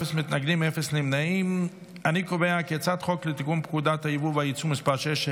חוק לתיקון פקודת היבוא והיצוא (מס' 6),